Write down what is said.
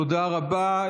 תודה רבה.